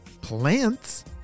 plants